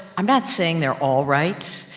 i'm not saying they're all right,